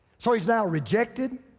so he's now rejected,